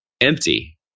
empty